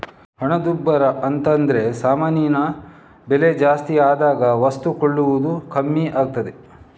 ಹಣದುಬ್ಬರ ಅಂತದ್ರೆ ಸಾಮಾನಿನ ಬೆಲೆ ಜಾಸ್ತಿ ಆದಾಗ ವಸ್ತು ಕೊಳ್ಳುವುದು ಕಮ್ಮಿ ಆಗ್ತದೆ